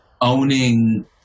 owning